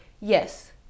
Yes